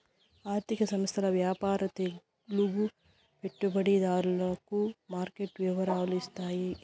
ఆర్థిక సంస్థల వ్యాపార తెలుగు పెట్టుబడిదారులకు మార్కెట్ వివరాలు ఇత్తాది